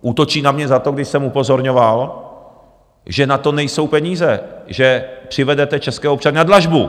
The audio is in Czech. Útočí na mě za to, když jsem upozorňoval, že na to nejsou peníze, že přivedete české občany na dlažbu.